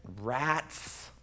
rats